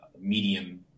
medium